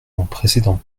précédent